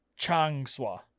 Changsha